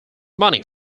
money